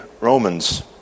Romans